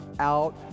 Out